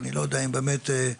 אני לא יודע אם זה באמת פורמלית,